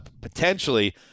potentially –